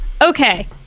Okay